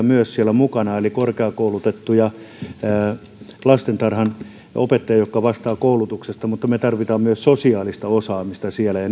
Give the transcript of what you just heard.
myös huippuammattilaisia eli korkeakoulutettuja lastentarhanopettajia jotka vastaavat koulutuksesta mutta me tarvitsemme myös sosiaalista osaamista siellä ja